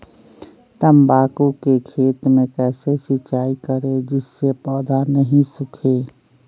तम्बाकू के खेत मे कैसे सिंचाई करें जिस से पौधा नहीं सूखे?